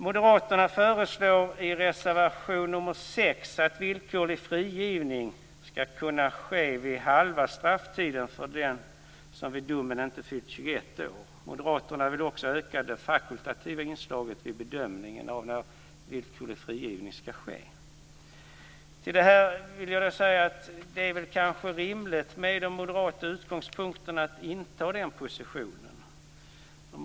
Moderaterna föreslår i reservation 6 att villkorlig frigivning skall kunna ske vid halva strafftiden för den som vid domen inte fyllt 21 år. Moderaterna vill också öka det fakultativa inslaget vid bedömningen av när villkorlig frigivning skall ske. Till detta vill jag säga att det kanske är rimligt med de moderata utgångspunkterna att inta den positionen.